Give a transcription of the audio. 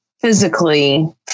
physically